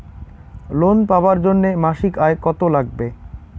Loan পাবার জন্যে মাসিক আয় কতো লাগবে?